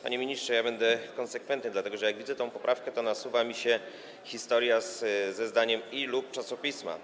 Panie ministrze, ja będę konsekwentny, dlatego że kiedy widzę tę poprawkę, to nasuwa mi się historia ze sformułowaniem „i/lub czasopisma”